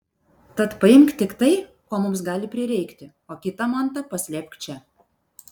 tad paimk tik tai ko mums gali prireikti o kitą mantą paslėpk čia